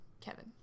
Kevin